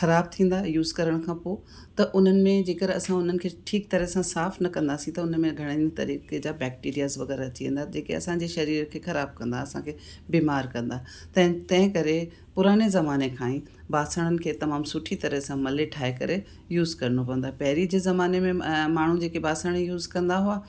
ख़राब थींदा यूज़ करण खां पोइ त उन्हनि में जेकर असां हुननि में ठीक तरह सां साफ़ न कंदासीं त उन में घणनि ई तरीक़े जा बैक्टीरियास वग़ैरह अची वेंदा जेके असांजे शरीर खे ख़राब कंदा असांखे बीमार कंदा त तंहिं करे पुराणे ज़माने खां ई बासणनि खे तमामु सुठी तरह सां मले ठाहे करे यूस करिणो पवंदो आहे पहिरीं जे ज़माने में माण्हू जेके बासण यूज़ कंदा हुआ